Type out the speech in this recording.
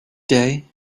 day